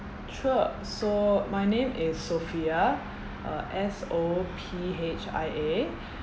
sure so my name is sophia uh S O P H I A